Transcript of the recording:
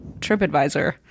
TripAdvisor